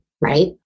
right